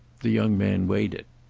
the young man weighed it.